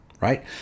right